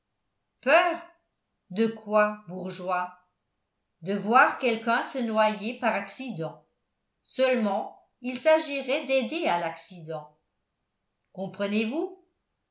de quoi bourgeois de voir quelqu'un se noyer par accident seulement il s'agirait d'aider à l'accident comprenez-vous